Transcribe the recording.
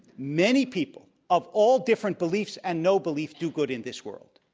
many people of all different beliefs and no beliefs do good in this world.